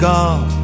God